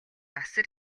асар